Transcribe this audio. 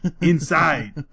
inside